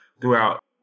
throughout